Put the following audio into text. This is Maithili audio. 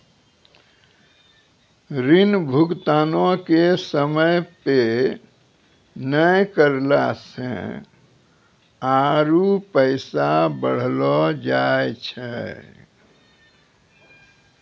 ऋण भुगतानो के समय पे नै करला से आरु पैसा बढ़लो जाय छै